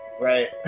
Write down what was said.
right